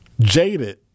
jaded